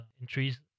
entries